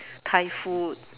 Thai food